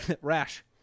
Rash